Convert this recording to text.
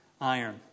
iron